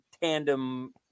tandem